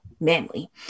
manly